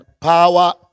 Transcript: Power